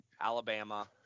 Alabama